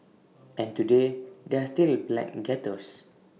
and today there are still black ghettos